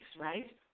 right